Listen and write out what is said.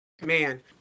Man